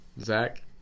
zach